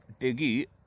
Biggie